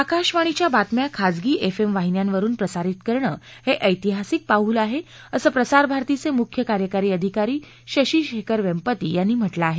आकाशवाणीच्या बातम्या खाजगी एफएम वाहिन्यांवरून प्रसारित करणं हे ऐतिहासिक पाऊल आहे असं प्रसारभारतीचे मुख्य कार्यकारी अधिकारी शशी शेखर वेंपती यांनी म्हटलं आहे